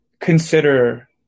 consider